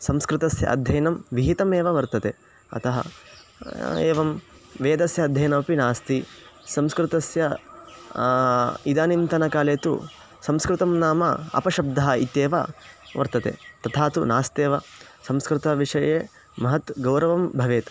संस्कृतस्य अध्ययनं विहितम् एव वर्तते अतः एवं वेदस्य अध्ययनमपि नास्ति संस्कृतस्य इदानीन्तनकाले तु संस्कृतं नाम अपशब्दः इत्येव वर्तते तथा तु नास्त्येव संस्कृतविषये महत् गौरवं भवेत्